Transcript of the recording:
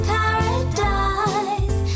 paradise